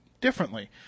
differently